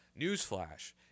Newsflash